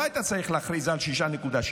לא היית צריך להכריז על 6.6%,